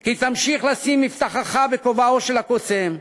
כי תמשיך לשים מבטחך בכובעו של הקוסם.